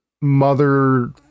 mother